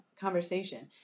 conversation